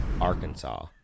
Arkansas